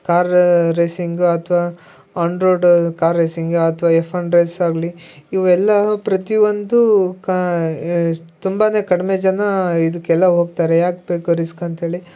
car racing ಅಥ್ವಾ on road car racing ಅಥ್ವಾ F one ರೇಸಾಗ್ಲಿ ಇವೆಲ್ಲಾ ಪ್ರತಿಯೊಂದು ಕಾ ತುಂಬಾನೆ ಕಡಿಮೆ ಜನ ಇದಕ್ಕೆಲ್ಲಾ ಹೋಗ್ತಾರೆ ಯಾಕ್ಬೇಕು ರಿಸ್ಕ್ ಅಂತೇಳಿ